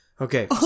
Okay